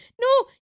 no